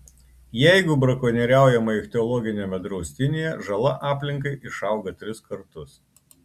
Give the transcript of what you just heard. jeigu brakonieriaujama ichtiologiniame draustinyje žala aplinkai išauga tris kartus